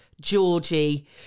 Georgie